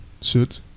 suit